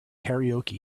karaoke